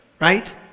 right